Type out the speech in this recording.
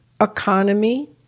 economy